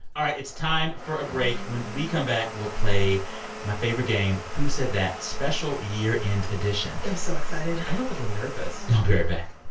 all right. it's time for a break. when we come back, we'll play my favorite game who said that, special year-end and edition i'm so excited i'm a little nervous we'll be right back